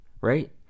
right